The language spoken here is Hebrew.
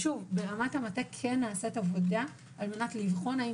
ברמת המטה כן נעשית עבודה כדי לבחון האם